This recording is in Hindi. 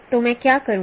तो मैं क्या करूंगा